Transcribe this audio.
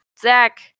zach